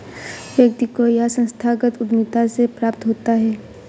व्यक्ति को यह संस्थागत उद्धमिता से प्राप्त होता है